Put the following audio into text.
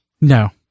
No